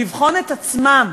לבחון את עצמם.